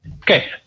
Okay